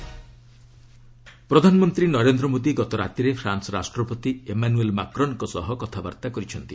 PM France ପ୍ରଧାନମନ୍ତ୍ରୀ ନରେନ୍ଦ୍ର ମୋଦି ଗତ ରାତିରେ ଫ୍ରାନ୍ସ୍ ରାଷ୍ଟ୍ରପତି ଏମାନୁଏଲ୍ ମାକ୍ରନ୍ଙ୍କ ସହ କଥାବାର୍ତ୍ତା କରିଛନ୍ତି